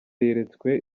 yeretswe